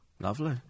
Lovely